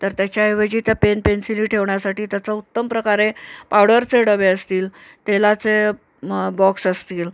तर त्याच्याऐवजी त्या पेन पेन्सिली ठेवण्यासाठी त्याचं उत्तम प्रकारे पावडरचे डबे असतील तेलाचे बॉक्स असतील